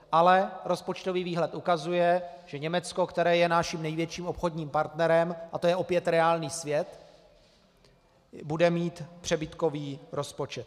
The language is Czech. Ale rozpočtový výhled ukazuje, že Německo, které je naším největším obchodním partnerem, a to je opět reálný svět, bude mít přebytkový rozpočet.